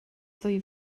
ddwy